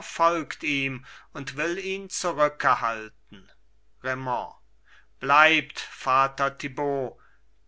folgt ihm und will ihn zurückehalten raimond bleibt vater thibaut